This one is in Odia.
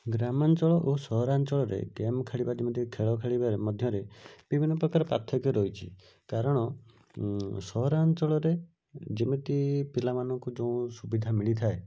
ଗ୍ରାମାଞ୍ଚଳ ଓ ସହରାଞ୍ଚଳରେ ଗେମ୍ ଖେଳିବା ଯେମିତି ଖେଳ ଖେଳିବାରେ ମଧ୍ୟରେ ବିଭିନ୍ନପ୍ରକାର ପାର୍ଥକ୍ୟ ରହିଛି କାରଣ ସହରାଞ୍ଚଳରେ ଯେମିତି ପିଲାମାନଙ୍କୁ ଯେଉଁ ସୁବିଧା ମିଳିଥାଏ